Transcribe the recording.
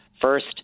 First